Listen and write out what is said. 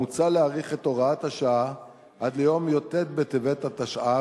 מוצע להאריך את תוקף הוראת השעה עד יום י"ט בטבת התשע"ו,